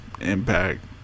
Impact